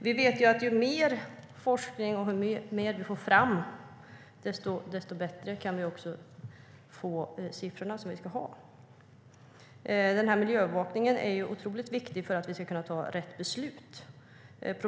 Vi vet att ju mer forskning vi får fram, desto bättre siffror kan vi få fram. Miljöövervakningen är otroligt viktig för att vi ska kunna fatta rätt beslut.